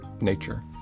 nature